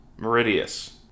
Meridius